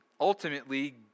ultimately